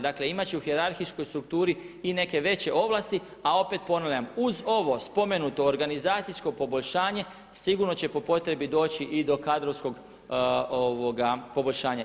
Dakle imate će u hijerarhijskoj strukturi i neke veće ovlasti, a opet ponavljam uz ovo spomenuto organizacijsko poboljšanje sigurno će po potrebi doći i do kadrovskog poboljšanja.